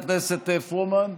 תודה, חברת הכנסת פרומן,